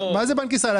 מה זה בנק ישראל?